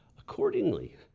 Accordingly